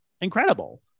incredible